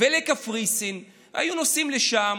ולקפריסין והיו נוסעים לשם.